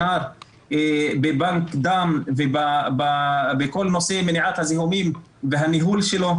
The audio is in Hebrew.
שנער בבנק דם ובכל נושא מניעת הזיהומים והניהול שלו,